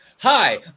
Hi